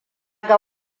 ga